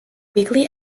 weekly